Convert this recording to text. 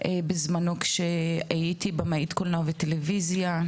בזמנו כשהייתי בימאית קולנוע וטלוויזיה.